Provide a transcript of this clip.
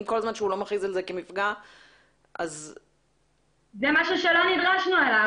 כל עוד הוא לא מכריז על זה כמפגע --- זה משהו שלא נדרשנו אליו.